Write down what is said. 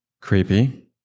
Creepy